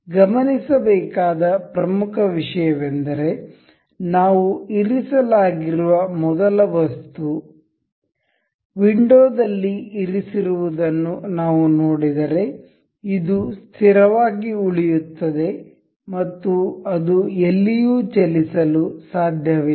ಗಮನಿಸಬೇಕಾದ ಪ್ರಮುಖ ವಿಷಯವೆಂದರೆ ನಾವು ಇರಿಸಲಾಗಿರುವ ಮೊದಲ ವಸ್ತು ವಿಂಡೋದಲ್ಲಿ ಇರಿಸಿರುವದನ್ನು ನಾವು ನೋಡಿದರೆ ಇದು ಸ್ಥಿರವಾಗಿ ಉಳಿಯುತ್ತದೆ ಮತ್ತು ಅದು ಎಲ್ಲಿಯೂ ಚಲಿಸಲು ಸಾಧ್ಯವಿಲ್ಲ